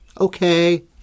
okay